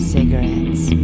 Cigarettes